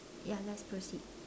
ya let's proceed